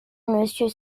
monsieur